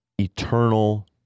eternal